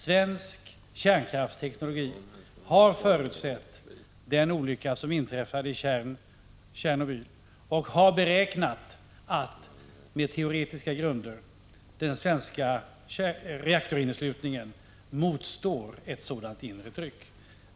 Svensk kärnkraftsteknologi har förutsett den olycka som har inträffat i Tjernobyl, och den har — på teoretiska grunder — beräknat att den svenska reaktorinneslutningen motstår ett sådant inre tryck.